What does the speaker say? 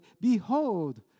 Behold